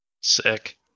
Sick